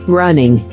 running